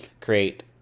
create